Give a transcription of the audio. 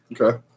Okay